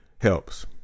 helps